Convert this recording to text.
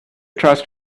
trust